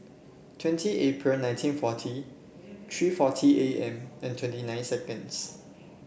twenty April nineteen forty three forty A M and twenty nine seconds